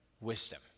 wisdom